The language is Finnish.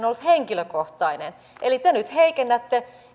ollut henkilökohtainen eli te nyt heikennätte